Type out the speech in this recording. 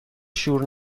شور